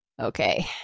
okay